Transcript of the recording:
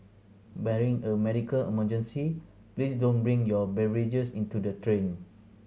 barring a medical emergency please don't bring your beverages into the train